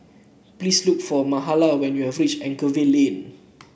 please look for Mahala when you have reach Anchorvale Lane